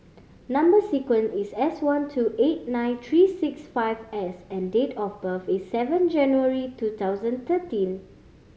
number sequence is S one two eight nine three six five S and date of birth is seven January two thousand thirteen